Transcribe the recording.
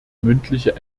mündliche